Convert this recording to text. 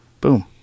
Boom